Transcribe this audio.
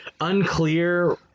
unclear